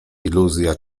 iluzja